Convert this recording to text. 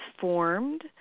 formed